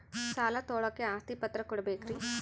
ಸಾಲ ತೋಳಕ್ಕೆ ಆಸ್ತಿ ಪತ್ರ ಕೊಡಬೇಕರಿ?